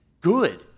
good